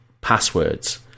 passwords